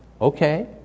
Okay